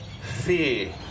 fear